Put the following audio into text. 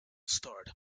starred